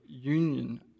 union